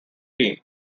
team